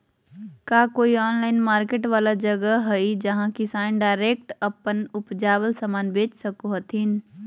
का कोई online market वाला जगह हइ जहां किसान डायरेक्ट अप्पन उपजावल समान बेच सको हथीन?